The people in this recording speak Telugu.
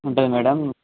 ఉంటుంది మేడమ్